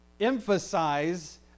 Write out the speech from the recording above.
emphasize